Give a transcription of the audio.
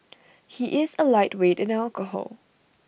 he is A lightweight in alcohol